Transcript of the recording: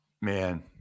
Man